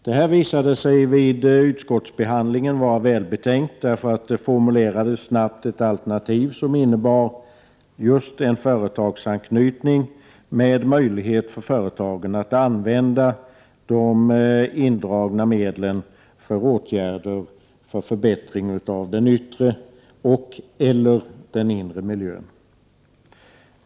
Det här visade sig vid utskottsbehandlingen vara välbetänkt. Det formulerades snabbt ett alternativ som innebar just en företagsanknytning, med möjlighet för företagen att använda de indragna medlen till åtgärder för förbättring av den yttre och/eller den inre miljön.